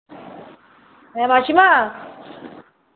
হ্যাঁ মাসিমা